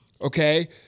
okay